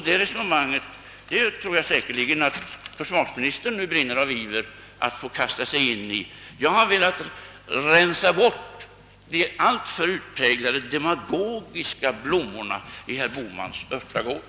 Det resonemanget tror jag säkerligen att försvarsministern nu brinner av iver att få kasta sig in i. Jag har velat rensa bort de alltför utpräglat demagogiska blommorna i herr Bohmans örtagård.